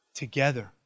together